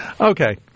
Okay